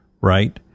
right